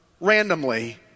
randomly